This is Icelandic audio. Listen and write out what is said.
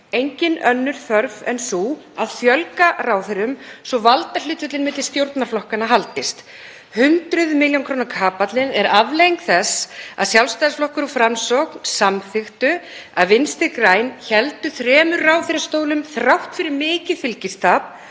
engin önnur þörf en sú að fjölga ráðherrum svo valdahlutföllin milli stjórnarflokkanna haldist. Hundruð milljóna króna-kapallinn er afleiðing þess að Sjálfstæðisflokkurinn og Framsókn, samþykktu að Vinstri græn héldu þremur ráðherrastólum þrátt fyrir mikið fylgistap